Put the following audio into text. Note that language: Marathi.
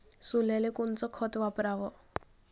सोल्याले कोनचं खत वापराव?